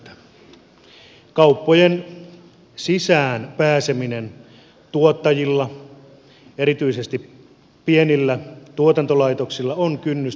kauppojen sisään pääseminen tuottajilla erityisesti pienillä tuotantolaitoksilla on kynnysten takana